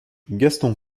gaston